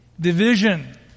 Division